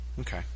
Okay